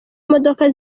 imodoka